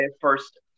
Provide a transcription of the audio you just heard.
first